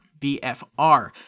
vfr